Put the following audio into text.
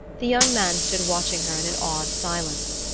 the young man stood watching her in an awed silence.